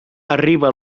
arriba